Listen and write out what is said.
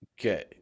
Okay